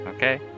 Okay